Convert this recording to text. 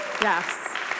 Yes